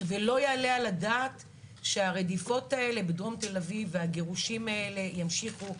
ולא יעלה על הדעת שהרדיפות האלה בדרום תל אביב והגירושים האלה ימשיכו,